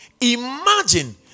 imagine